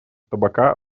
табака